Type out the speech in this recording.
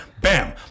bam